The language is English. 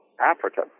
Africa